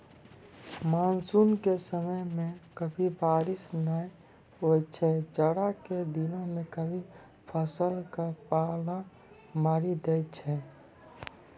monsoon के समय मॅ कभी बारिश नाय होय छै, जाड़ा के दिनों मॅ कभी फसल क पाला मारी दै छै